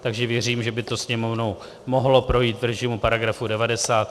Takže věřím, že by to Sněmovnou mohlo projít v režimu § 90.